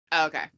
okay